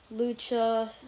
Lucha